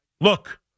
Look